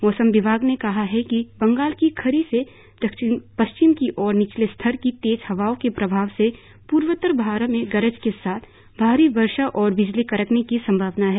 मौसम विभाग ने कहा है कि बंगाल की खाड़ी से दक्षिण पश्चिम की ओर निचले स्तर की तेज हवाओं के प्रभाव से पूर्वोत्तर भारत में गरज के साथ भारी वर्षा और बिजली कड़कने की संभावना है